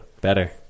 Better